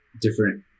different